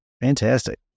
Fantastic